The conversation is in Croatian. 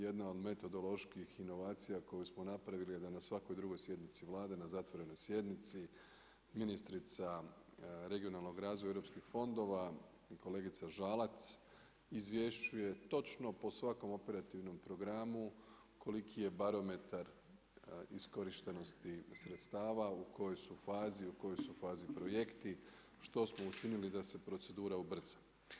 Jedna od metodoloških inovacija koju smo napravili je da na svakoj drugoj sjednici Vlade, na zatvorenoj sjednici ministrica regionalnog razvoja europskih fondova kolegica Žalac izvješćuje točno po svakom operativnom programu koliki je barometar iskorištenosti sredstava, u kojoj su fazi, u kojoj su fazi projekti, što smo učinili da se procedura ubrza.